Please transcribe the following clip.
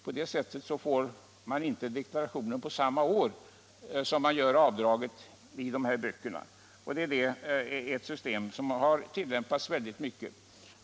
På det sättet får man inte deklarationen på samma år som man gör avdraget i böckerna. Det är ett system som har tillämpats väldigt mycket.